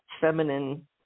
feminine